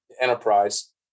enterprise